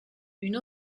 une